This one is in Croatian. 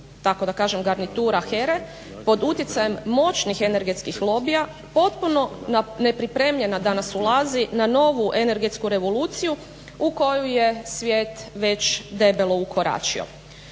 tako da kažem garnitura HERA-e pod utjecajem moćnih energetskih lobija potpuno nepripremljena danas ulazi na novu energetsku revoluciju u koju je svijet već debelo ukoračio.